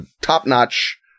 top-notch